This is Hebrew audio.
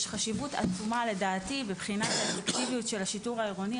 יש חשיבות עצומה בבחינת האפקטיביות של השיטור העירוני.